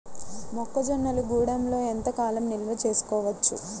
మొక్క జొన్నలు గూడంలో ఎంత కాలం నిల్వ చేసుకోవచ్చు?